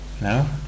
No